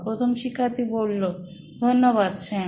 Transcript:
প্রথম শিক্ষার্থী ধন্যবাদ স্যাম